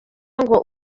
ngo